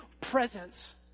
presence